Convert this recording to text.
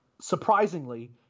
Surprisingly